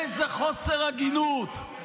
איזה חוסר הגינות.